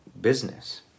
business